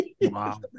Wow